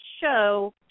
show